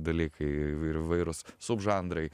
dalykai ir įvairūs sub žanrai